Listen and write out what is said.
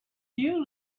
you